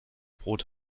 brot